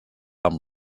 amb